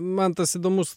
man tas įdomus